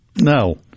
No